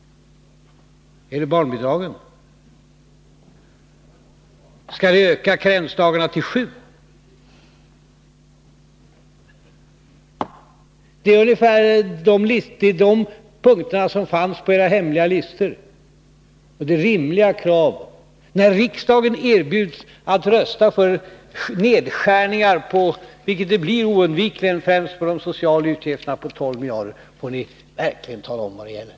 Är det barnbidragen? Skall vi öka karensdagarna till sju? Det var ungefär de punkterna som fanns på era hemliga listor. Är det rimliga krav? När riksdagen erbjuds att rösta för nedskärningar om 12 miljarder — som oundvikligen främst kommer att drabba de sociala utgifterna — får ni verkligen tala om vad det gäller!